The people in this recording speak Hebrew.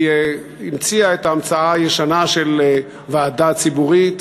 היא המציאה את ההמצאה הישנה של ועדה ציבורית,